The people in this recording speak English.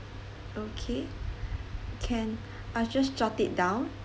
okay can I just jot it down